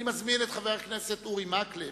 אני מזמין את חבר הכנסת אורי מקלב,